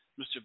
Mr